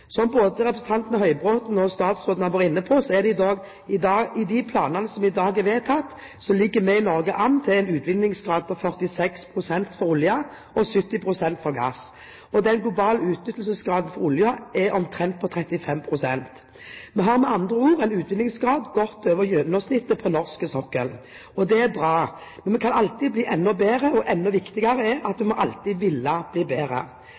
Som både representanten Høybråten og statsråden har vært inne på, ligger vi i Norge, i de planene som i dag er vedtatt, an til en utvinningsgrad på 46 pst. for olje og 70 pst. for gass. Den globale utnyttelsesgraden for olje er på omtrent 35 pst. Vi har med andre ord en utvinningsgrad godt over gjennomsnittet på norsk sokkel. Det er bra, men vi kan alltid bli bedre, og enda viktigere er det at vi alltid må ville bli bedre.